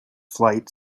flight